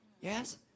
Yes